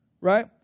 Right